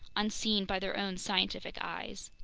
unseen by their own scientific eyes.